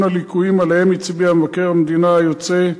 הליקויים שעליהם הצביע מבקר המדינה היוצא,